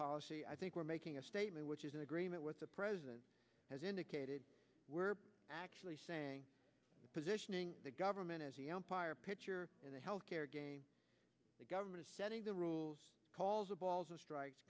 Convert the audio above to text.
policy i think we're making a statement which is in agreement with the president has indicated we're actually saying positioning the government as the empire picture in the health care game the government setting the rules calls the balls and strikes